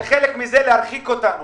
וחלק מזה כדי להרחיק אותנו.